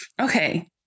Okay